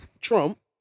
Trump